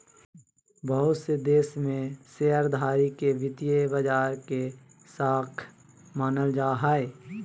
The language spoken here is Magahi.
बहुत से देश में शेयरधारी के वित्तीय बाजार के शाख मानल जा हय